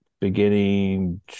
Beginning